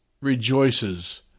rejoices